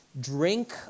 Drink